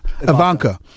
Ivanka